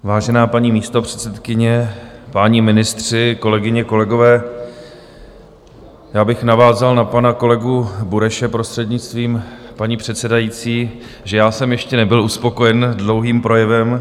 Vážená paní místopředsedkyně, páni ministři, kolegyně, kolegové, já bych navázal na pana kolegu Bureše, prostřednictvím paní předsedající, protože já jsem ještě nebyl uspokojen dlouhým projevem.